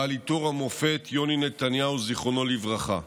בעל עיטור המופת יוני נתניהו, זיכרונו לברכה.